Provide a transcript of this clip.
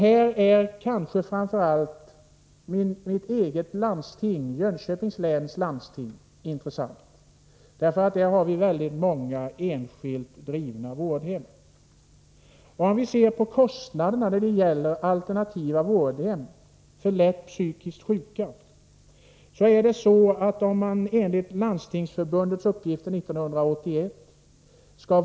Här är kanske framför allt mitt eget landsting, Jönköpings läns landsting, intressant. Där har vi väldigt många enskilt drivna vårdhem. Låt oss se på kostnaderna när det gäller alternativa vårdhem för lätt psykiskt sjuka! Om man skall vårda dem i sjukhusmiljö kostar det 720 kr.